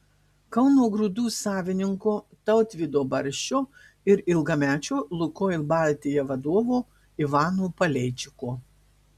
kauno grūdų savininko tautvydo barščio ir ilgamečio lukoil baltija vadovo ivano paleičiko